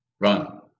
run